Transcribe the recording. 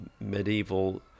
medieval